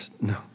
no